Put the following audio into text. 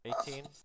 Eighteen